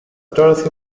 dorothy